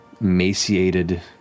emaciated